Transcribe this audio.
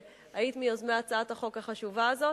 שהיית מיוזמי הצעת החוק החשובה הזאת.